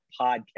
podcast